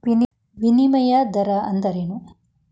ವಿನಿಮಯ ದರ ಅಂದ್ರೇನು?